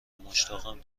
مشتاقم